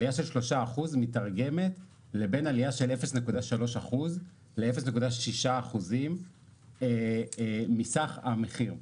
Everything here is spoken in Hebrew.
עלייה של 3% מיתרגמת לבין עליה של 0.3% ל- 0.6% מסך המחיר.